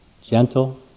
Gentle